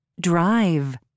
Drive